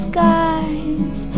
Skies